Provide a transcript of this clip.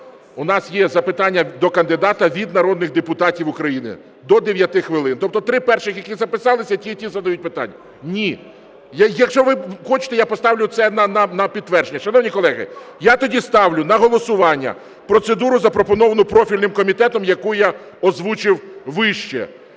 у нас є запитання до кандидата від народних депутатів України – до 9 хвилин. Тобто три перших, які записалися, ті й ті задають питання. Ні. Якщо ви хочете, я поставлю це на підтвердження. Шановні колеги, я тоді ставлю на голосування процедуру, запропоновану профільним комітетом, яку я озвучив вище.